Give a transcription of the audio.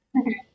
Okay